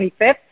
25th